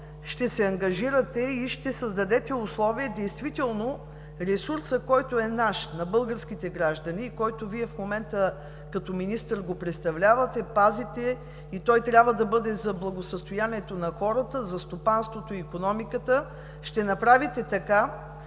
регион и ще създадете условия ресурсът, който е наш – на българските граждани, който Вие в момента като министър го представлявате и пазите, да бъде за благосъстоянието на хората, за стопанството и икономиката, ще направите така,